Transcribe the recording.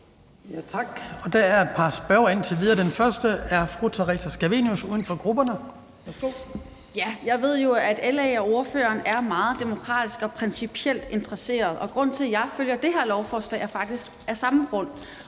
Jeg ved jo, at LA og ordføreren er meget interesserede demokratisk og principielt, og grunden til, at jeg følger det her lovforslag, er faktisk den samme,